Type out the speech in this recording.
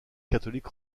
catholique